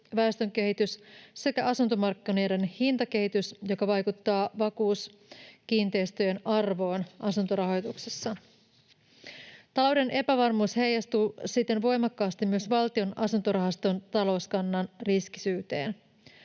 väestönkehitys sekä asuntomarkkinoiden hintakehitys, joka vaikuttaa vakuuskiinteistöjen arvoon asuntorahoituksessa. Talouden epävarmuus heijastuu siten voimakkaasti myös Valtion asuntorahaston talouskannan riskisyyteen.